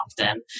often